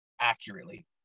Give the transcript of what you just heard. accurately